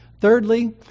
thirdly